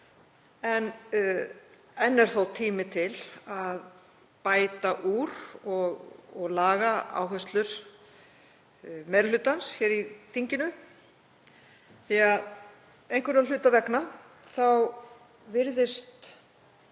Enn er þó tími til að bæta úr og laga áherslur meiri hlutans hér í þinginu því að einhverra hluta vegna virðist